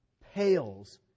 pales